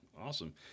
Awesome